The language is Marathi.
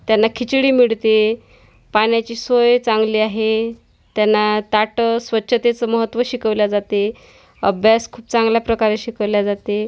त्यांना खिचडी मिळते पाण्याची सोय चांगली आहे त्यांना ताटं स्वच्छतेचं महत्त्व शिकवल्या जाते अभ्यास खूप चांगल्या प्रकारे शिकवल्या जाते